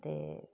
ते